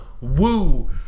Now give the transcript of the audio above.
Woo